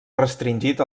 restringit